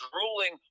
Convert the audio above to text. ruling